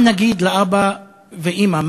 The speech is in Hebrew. מה נגיד לאבא ואימא?